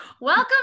welcome